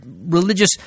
religious